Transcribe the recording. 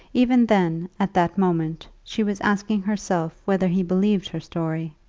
even then, at that moment, she was asking herself whether he believed her story,